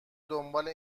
دنبال